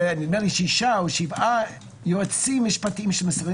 נדמה לי שישה או שבעה יועצים משפטיים של משרדי